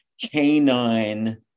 canine